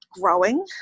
growing